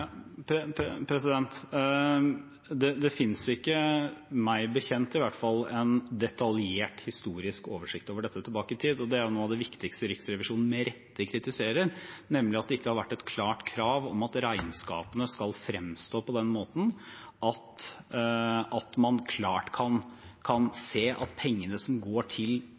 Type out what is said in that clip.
Det finnes ikke – meg bekjent, i hvert fall – en detaljert historisk oversikt over dette tilbake i tid. Det er jo noe av det viktigste Riksrevisjonen med rette kritiserer, nemlig at det ikke har vært et klart krav om at regnskapene skal fremstå på den måten at man klart kan se at pengene som går til